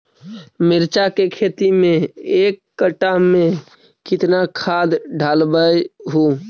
मिरचा के खेती मे एक कटा मे कितना खाद ढालबय हू?